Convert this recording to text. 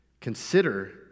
consider